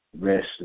Rest